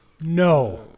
No